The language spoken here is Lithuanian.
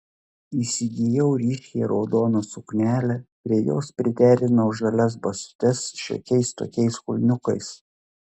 įsigijau ryškiai raudoną suknelę prie jos priderinau žalias basutes šiokiais tokiais kulniukais